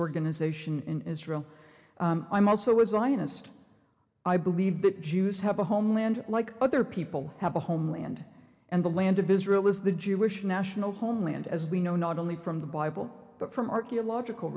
organization in israel i'm also a zionist i believe that jews have a homeland like other people have a homeland and the land of israel is the jewish national homeland as we know not only from the bible but from archaeological